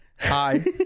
Hi